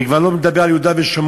אני כבר לא מדבר על יהודה ושומרון,